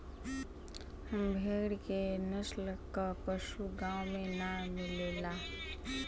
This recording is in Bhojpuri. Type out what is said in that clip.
भेड़ के नस्ल क पशु गाँव में ना मिलला